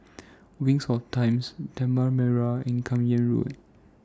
Wings of Times Tanah Merah and Kim Yam Road